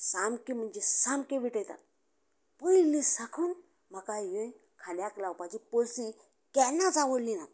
सामक्यो म्हणजे सामक्यो विटयतात पयलीं साकून म्हाका ही खांद्यांक लावपाची पर्सी केन्नाच आवडली नात